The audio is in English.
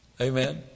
Amen